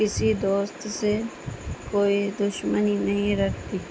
کسی دوست سے کوئی دشمنی نہیں رکھتی